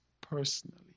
personally